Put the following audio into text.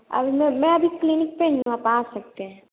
अभी मैं मैं अभी क्लीनिक पर ही हूँ आप आ सकते हैं